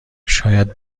شاید